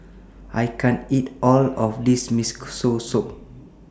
I can't eat All of This Miso Soup